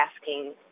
asking